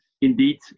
indeed